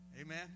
amen